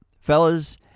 fellas